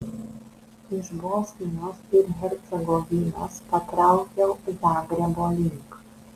iš bosnijos ir hercegovinos patraukiau zagrebo link